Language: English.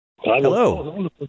Hello